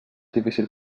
difícil